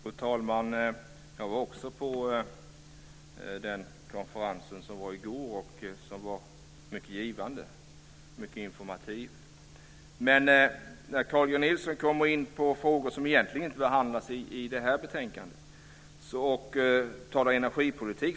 Fru talman! Jag var också på den konferens som var i går och som var mycket givande och informativ. Carl G Nilsson kommer in på frågor som egentligen inte behandlas i det här betänkandet och talar om energipolitik.